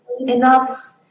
enough